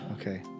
Okay